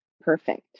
perfect